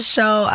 Show